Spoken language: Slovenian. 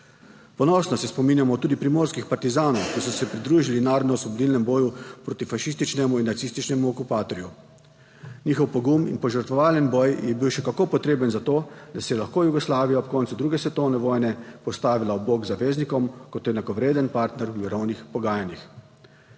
Ponosno se spominjamo tudi primorskih partizanov, ki so se pridružili narodnoosvobodilnem boju proti fašističnemu in nacističnemu okupatorju. Njihov pogum in požrtvovalen boj je bil še kako potreben za to, da se je lahko Jugoslavija ob koncu druge svetovne vojne postavila ob bok zaveznikom kot enakovreden partner v mirovnih pogajanjih.